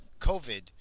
COVID